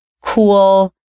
cool